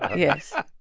yes. yeah